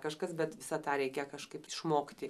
kažkas bet visą tą reikia kažkaip išmokti